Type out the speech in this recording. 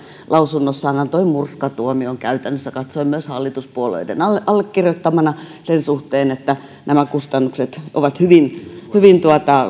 lausunnossaan antoi murskatuomion käytännössä katsoen myös hallituspuolueiden allekirjoittamana sen suhteen että nämä kustannukset ovat hyvin hyvin